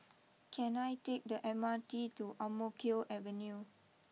can I take the M R T to Ang Mo Kio Avenue